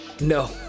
No